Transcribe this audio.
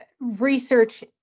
research